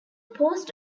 post